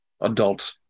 adult